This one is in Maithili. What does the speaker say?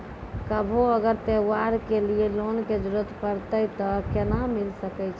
कभो अगर त्योहार के लिए लोन के जरूरत परतै तऽ केना मिल सकै छै?